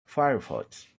firefox